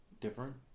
different